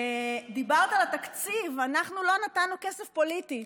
דיברת על התקציב: "אנחנו לא נתנו כסף פוליטי".